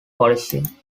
policing